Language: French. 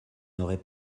n’aurai